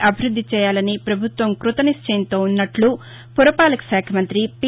అభివృద్ది చేయాలని పభుత్వం కృతనిళ్చయంతో వున్నట్ల పురపాలక శాఖ మంత్రి పి